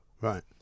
Right